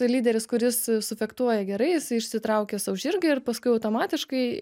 lyderis kuris su fechtuoja gerai jisai išsitraukia sau žirgą ir paskui automatiškai